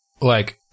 like-